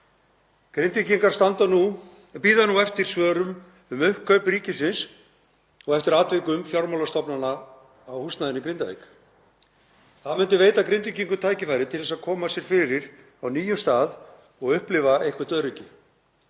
Grindvíkingar bíða nú eftir svörum um uppkaup ríkisins og eftir atvikum fjármálastofnana á húsnæði í Grindavík. Það myndi veita Grindvíkingum tækifæri til að koma sér fyrir á nýjum stað og upplifa eitthvert öryggi.